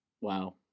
Wow